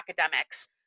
academics